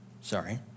sorry